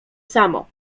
samo